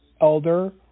elder